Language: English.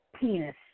Penis